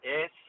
Yes